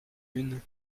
une